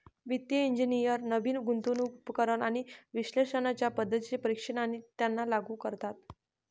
वित्तिय इंजिनियर नवीन गुंतवणूक उपकरण आणि विश्लेषणाच्या पद्धतींचे परीक्षण आणि त्यांना लागू करतात